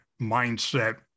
mindset